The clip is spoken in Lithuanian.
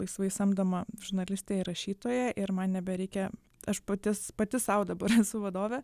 laisvai samdoma žurnalistė ir rašytoja ir man nebereikia aš pati pati sau dabar esu vadovė